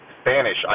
Spanish